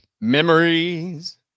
memories